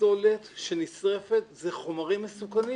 פסולת שנשרפת, זה חומרים מסוכנים